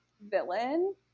villain